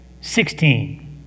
sixteen